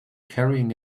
carrying